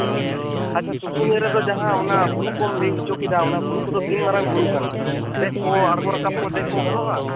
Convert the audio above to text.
ᱦᱩᱸ ᱟᱪᱪᱷᱟ ᱥᱩᱥᱩᱱᱤᱭᱟᱹ ᱨᱮᱫᱚ ᱡᱟᱦᱟᱸ ᱚᱱᱟ ᱵᱩᱨᱩ ᱠᱚᱢ ᱞᱟᱹᱭ ᱚᱪᱚ ᱠᱮᱫᱟ ᱚᱱᱟ ᱵᱩᱨᱩ ᱠᱚᱫᱚ ᱛᱤᱱ ᱢᱟᱨᱟᱝ ᱵᱩᱨᱩ ᱠᱟᱱᱟ ᱫᱮᱡ ᱠᱚ ᱟᱸᱲᱜᱚ ᱨᱟᱠᱟᱵ ᱫᱮᱡ ᱠᱚ ᱜᱟᱱᱚᱜ ᱟ